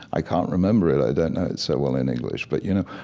i can't remember it i don't know it so well in english but, you know,